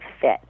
fit